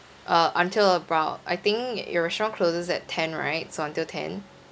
uh until about I think your restaurant closes at ten right so until ten